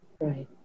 Right